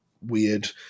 weird